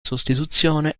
sostituzione